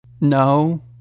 No